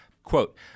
Quote